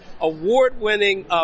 award-winning